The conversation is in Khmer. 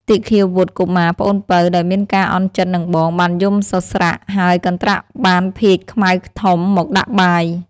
ទីឃាវុត្ត កុមារ (ប្អូនពៅ) ដោយមានការអន់ចិត្តនឹងបង បានយំសស្រាក់ ហើយកន្ត្រាក់បាន ភាជន៍ខ្មៅធំ មកដាក់បាយ។